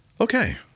Okay